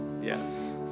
yes